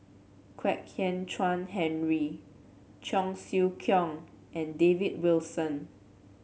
Kwek Hian Chuan Henry Cheong Siew Keong and David Wilson